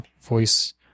voice